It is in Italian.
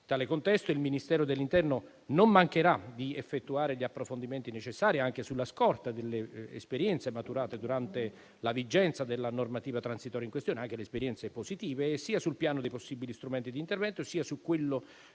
in tale contesto, il Ministero dell'interno non mancherà di effettuare gli approfondimenti necessari, anche sulla scorta delle esperienze - anche positive - maturate durante la vigenza della normativa transitoria in questione sia sul piano dei possibili strumenti di intervento sia su quello